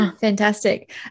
Fantastic